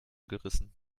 gerissen